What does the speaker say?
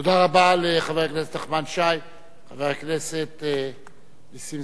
תודה רבה לחבר הכנסת נחמן שי.